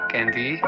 Candy